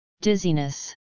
dizziness